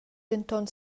denton